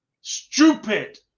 Stupid